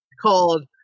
called